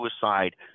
suicide